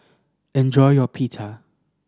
enjoy your Pita